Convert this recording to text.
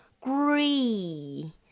Green